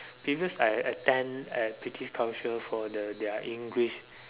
because I attend at British council for the their English